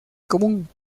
común